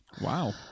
Wow